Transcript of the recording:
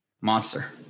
Monster